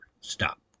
stop